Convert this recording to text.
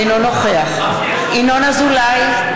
אינו נוכח ינון אזולאי,